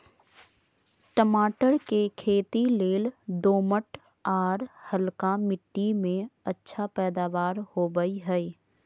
टमाटर के खेती लेल दोमट, आर हल्का मिट्टी में अच्छा पैदावार होवई हई